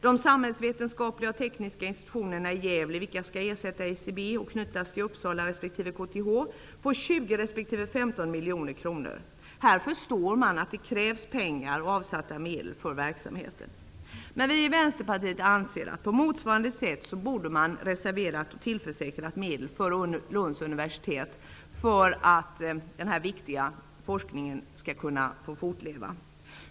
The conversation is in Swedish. De samhällsvetenskapliga och tekniska institutionerna i Gävle, vilka skall ersätta SIB och knytas till Uppsala respektive KTH, får 20 respektive 15 miljoner kronor. Här förstår man att det krävs pengar för verksamheten. Vi i Vänsterpartiet anser att man på motsvarande sätt borde ha reserverat medel för Lunds universitet, så att denna viktiga forskning kan få fortleva.